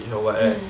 mm